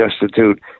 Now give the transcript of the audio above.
destitute